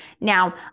Now